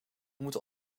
moeten